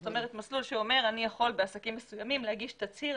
זאת אומרת מסלול שאומר שאני יכול בעסקים מסוימים להגיש תצהיר,